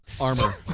Armor